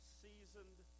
seasoned